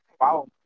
Wow